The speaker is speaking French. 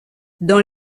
dans